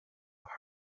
hugh